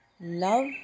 Love